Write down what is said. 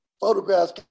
photographs